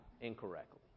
incorrectly